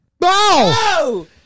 No